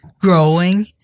growing